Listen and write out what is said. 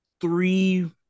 three